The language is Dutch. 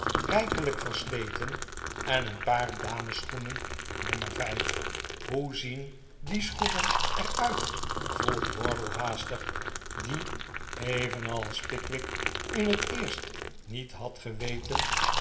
rijkelijk versleten en een paar damesschoenen in nummer vijf hoe zien die schoenen er uit vroeg wardle haastig die evenals pickwick in het eerst niet had geweten